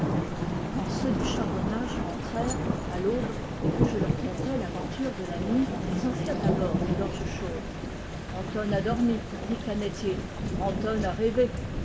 quand ceux du charbonnage rentrèrent à l'aube et que je leur contai l'aventure de la nuit ils en firent d'abord des gorges chaudes anton a dormi ricanaient ils antôn a rêvé